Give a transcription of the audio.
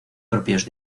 propios